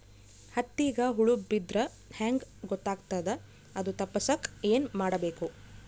ಹತ್ತಿಗ ಹುಳ ಬಿದ್ದ್ರಾ ಹೆಂಗ್ ಗೊತ್ತಾಗ್ತದ ಅದು ತಪ್ಪಸಕ್ಕ್ ಏನ್ ಮಾಡಬೇಕು?